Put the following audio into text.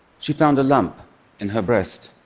she found a lump in her breast.